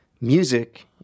music